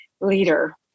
leader